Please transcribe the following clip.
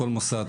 כל מוסד,